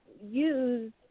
use